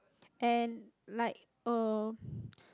and like uh